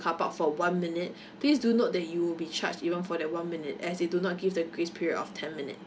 carpark for one minute please do note that you'll be charge even for that one minute as they do not give the grace period of ten minutes